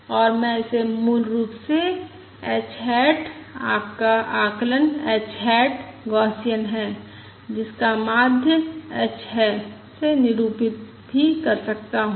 और मैं इसे मूल रूप से h हैट आपका आकलन h हैट गौसियन है जिसका माध्य h है से निरूपित भी कर सकता हूं